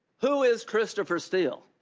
who is christopher steele?